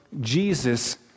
Jesus